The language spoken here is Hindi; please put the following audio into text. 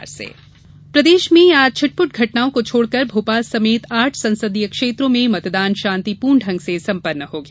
प्रदेश लोस चुनाव प्रदेश में आज छिटपुट घटनाओं को छोड़कर भोपाल समेत आठ संसदीय क्षेत्रों में मतदान शांतिपूर्ण ढंग से संपन्न हो गया